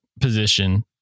position